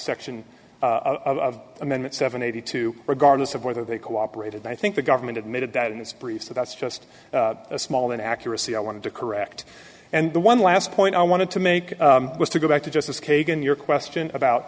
section of amendment seven eighty two regardless of whether they cooperated i think the government admitted that in this brief so that's just a small inaccuracy i wanted to correct and the one last point i wanted to make was to go back to justice kagan your question about